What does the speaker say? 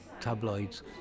tabloids